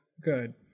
good